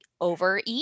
overeat